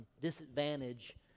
disadvantage